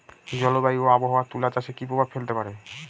জলবায়ু ও আবহাওয়া তুলা চাষে কি প্রভাব ফেলতে পারে?